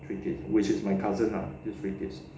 three kids which is my cousin lah the three kids